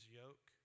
yoke